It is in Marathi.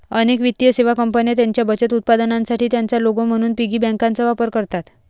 अनेक वित्तीय सेवा कंपन्या त्यांच्या बचत उत्पादनांसाठी त्यांचा लोगो म्हणून पिगी बँकांचा वापर करतात